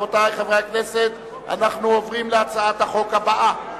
חברי הכנסת, אנחנו עוברים להצעת החוק הבאה.